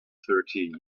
thirty